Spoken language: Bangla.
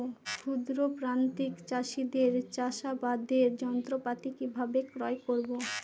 ক্ষুদ্র প্রান্তিক চাষীদের চাষাবাদের যন্ত্রপাতি কিভাবে ক্রয় করব?